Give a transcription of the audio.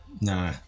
No